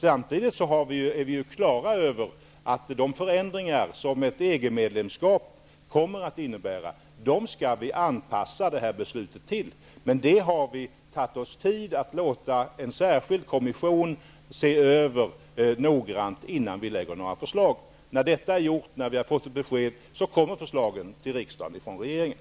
Samtidigt är vi klara över att detta beslut skall anpassas till de förändringar som ett EG medlemskap kommer att innebära. Därför har vi tagit oss tid att låta en särskild kommission noggrant se över frågan innan vi lägger fram ett förslag. När vi har fått besked, kommer det förslag från regeringen till riksdagen.